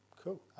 Cool